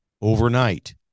overnight